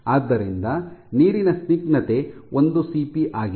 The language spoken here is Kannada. ಆದ್ದರಿಂದ ನೀರಿನ ಸ್ನಿಗ್ಧತೆ ಒಂದು ಸಿಪಿ ಆಗಿದೆ